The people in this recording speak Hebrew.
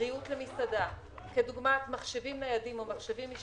ריהוט למסעדה או מחשבים ניידים או נייחים,